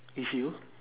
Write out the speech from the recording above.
with you